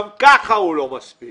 גם כך הוא לא מספיק